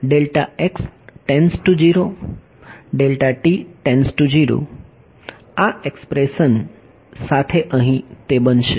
આ એક્સપ્રેશન સાથે અહી તે બનશે